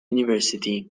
university